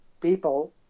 people